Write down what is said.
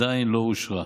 עדיין לא אושרה,